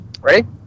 Ready